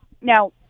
now